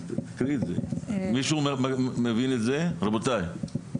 מישהו מבין את זה, רבותיי?